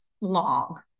long